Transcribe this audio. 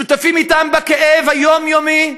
שותפים אתם בכאב היומיומי,